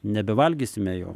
nebevalgysime jau